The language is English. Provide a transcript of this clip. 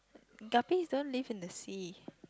guppies don't live in the sea